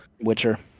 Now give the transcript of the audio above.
Witcher